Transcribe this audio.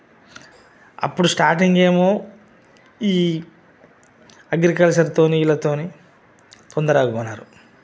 అప్పుడు స్టార్టింగ్ ఏమో ఈ అగ్రికల్చర్తోని వీళ్లతోని